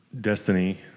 destiny